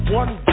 one